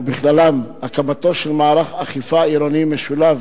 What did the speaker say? ובכללם הקמתו של מערך אכיפה עירוני משולב,